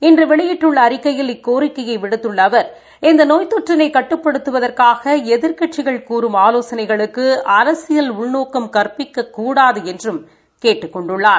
இன்று வெளியிட்டுள்ள அறிக்கையில் இக்கோரிக்கையை விடுத்துள்ள அவர் இந்த நோய் தொற்றினை கட்டுப்படுத்துவதற்காக எதிர்க்கட்சிகள் கூறும் ஆலோசனைகளுக்கு அரசியல் உள்நோக்கம் கற்பிக்கக்கூடாது என்றும் கேட்டுக் கொண்டுள்ளார்